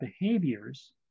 behaviors